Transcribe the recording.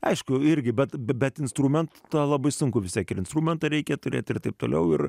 aišku irgi bet bet instrumentą labai sunku vis tiek ir instrumentą reikia turėt ir taip toliau ir